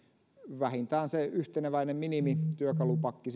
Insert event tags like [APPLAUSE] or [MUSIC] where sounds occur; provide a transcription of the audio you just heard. vähintään se yhteneväinen minimityökalupakki [UNINTELLIGIBLE]